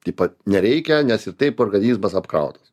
taip pat nereikia nes ir taip organizmas apkrautas